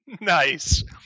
Nice